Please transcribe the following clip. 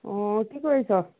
অঁ কি কৰিছ